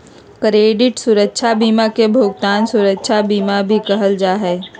credit सुरक्षा बीमा के भुगतान सुरक्षा बीमा भी कहल जा हई